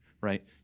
right